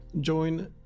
join